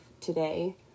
today